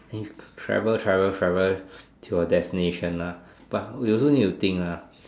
then travel travel travel to your destination ah but you also need to think lah